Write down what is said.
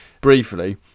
briefly